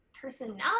personality